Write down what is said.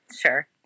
sure